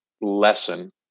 lesson